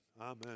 Amen